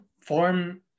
form